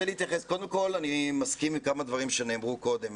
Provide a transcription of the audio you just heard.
קודם כל אני מסכים עם כמה דברים שנאמרו קודם,